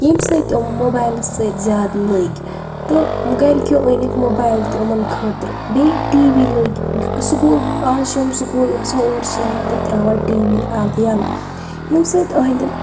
ییمہِ سۭتۍ یِم موبایلَس سۭتۍ زیادٕ لٔگۍ تہٕ گَرِکیو أنِکھ موبایل تہِ یِمَن خٲطرٕ بیٚیہِ ٹی وی لٔگۍ سکول اَز چھِ یِم سکول گَژھان تہٕ اورِ چھِ یوان تہٕ تراوان ٹی وی الہٕ ییٚلہٕ ییمہِ سۭتۍ أہنٛدٮ۪ن